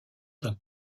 d’un